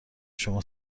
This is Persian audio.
شما